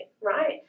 right